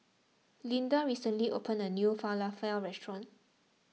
Lynda recently opened a new Falafel restaurant